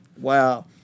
Wow